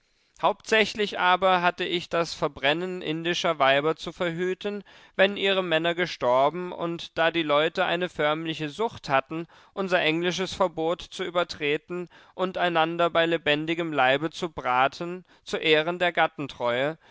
hauptsächlich aber hatte ich das verbrennen indischer weiber zu verhüten wenn ihre männer gestorben und da die leute eine förmliche sucht hatten unser englisches verbot zu übertreten und einander bei lebendigem leibe zu braten zu ehren der